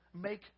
make